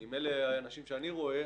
שאם אלה האנשים שאני רואה,